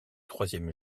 troisième